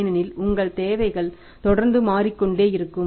ஏனெனில் உங்கள் தேவைகள் தொடர்ந்து மாறிக்கொண்டே இருக்கும்